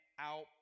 out